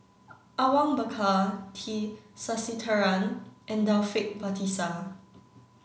Awang Bakar T Sasitharan and Taufik Batisah